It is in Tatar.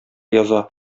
яза